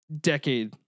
decade